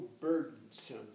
burdensome